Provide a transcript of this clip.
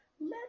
let